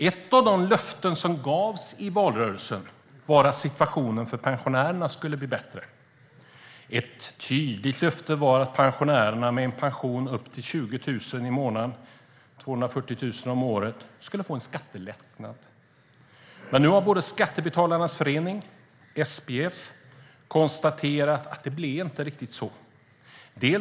Ett av de löften som gavs i valrörelsen var att situationen för pensionärerna skulle bli bättre. Ett tydligt löfte var att pensionärer med en pension upp till 20 000 i månaden, 240 000 om året, skulle få en skattelättnad. Men nu har Skattebetalarnas förening, SBF, konstaterat att det inte riktigt blev så.